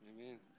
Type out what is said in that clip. Amen